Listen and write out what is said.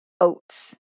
oats